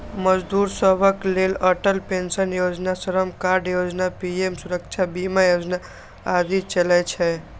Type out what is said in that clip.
मजदूर सभक लेल अटल पेंशन योजना, श्रम कार्ड योजना, पीएम सुरक्षा बीमा योजना आदि चलै छै